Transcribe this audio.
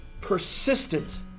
persistent